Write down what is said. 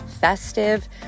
festive